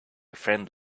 friend